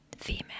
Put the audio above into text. Female